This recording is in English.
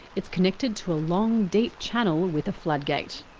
it's connected to a long deep channel with a floodgate.